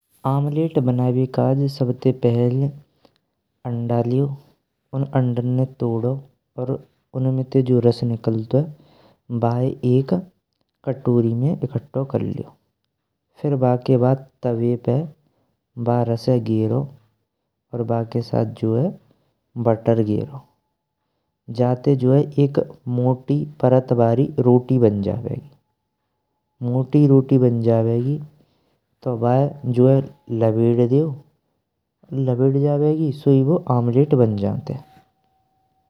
आमलेट बनावे काज सब ते पहेल अंडा लेयो उन अंडा ने तोड़ो और उनमें ते जे रस निकलतुए बाये एक कटोरी में इकट्ठो कर लेयो। फिर बाके बाद तवे पे बाये रसे गौरो और बाके साथ जो है बटर गौरो जातें। जो है एक मोटी परत बरी रोटी बन जावेगी मोटी रोटी बन जावेगी तो बाये जो लवेद देयो लविड जावेगी सोई वो आमलेट बन जावेगी।